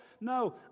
No